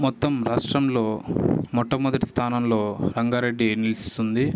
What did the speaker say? మొత్తం రాష్ట్రంలో మొట్టమొదటి స్థానంలో రంగారెడ్డి నిలుస్తుంది